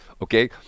Okay